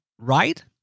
right